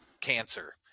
cancer